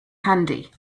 handy